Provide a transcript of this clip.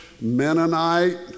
Mennonite